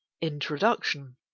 Introduction